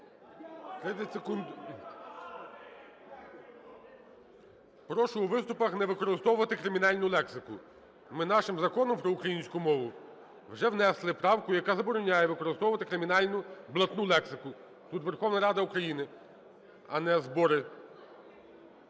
Прошу у виступах не використовувати кримінальну лексику. Ми нашим Законом про українську мову вже внесли правку, яка забороняє використовувати кримінальну блатну лексику. Тут Верховна Рада України, а не збори